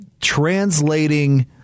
translating